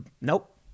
Nope